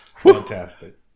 fantastic